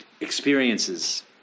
experiences